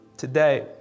today